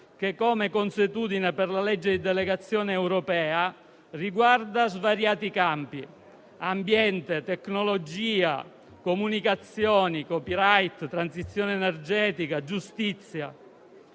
che, come consuetudine per la legge di delegazione europea, riguarda svariati campi: ambiente, tecnologia, comunicazioni, *copyright*,transizione energetica, giustizia,